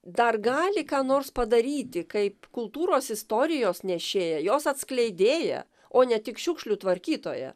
dar gali ką nors padaryti kaip kultūros istorijos nešėja jos atskleidėja o ne tik šiukšlių tvarkytoja